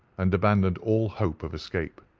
and abandoned all hope of escape.